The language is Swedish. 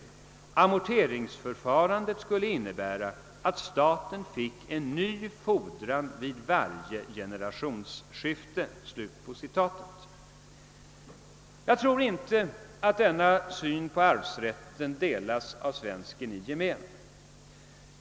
Amorteringsförfarandet skulle innebära, att staten fick en ny fordran vid varje generationsskifte.>» Jag tror inte att denna syn på arvsrätten delas av svensken i gemen.